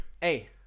Hey